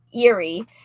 eerie